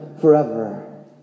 forever